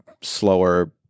slower